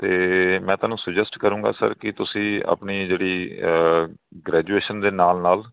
ਅਤੇ ਮੈਂ ਤੁਹਾਨੂੰ ਸੁਜੈਸਟ ਕਰੂੰਗਾ ਸਰ ਕਿ ਤੁਸੀਂ ਆਪਣੀ ਜਿਹੜੀ ਗ੍ਰੈਜੂਏਸ਼ਨ ਦੇ ਨਾਲ ਨਾਲ